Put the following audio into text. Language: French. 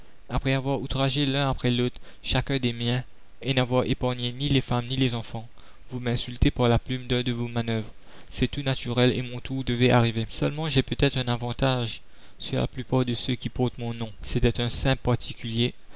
après avoir outragé l'un après l'autre chacun des miens et n'avoir épargné ni les femmes ni les enfants vous m'insultez par la plume d'un de vos manœuvres c'est tout naturel et mon tour devait arriver seulement j'ai peut-être un avantage sur la plupart de ceux qui portent mon nom c'est d'être un simple particulier